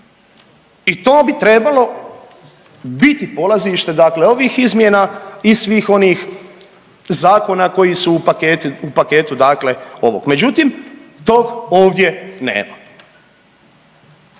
i to bi trebalo biti polazite ovih izmjena i svih onih zakona koji su u paketu ovog. Međutim, tog ovdje nema.